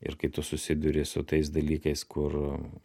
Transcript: ir kai tu susiduri su tais dalykais kur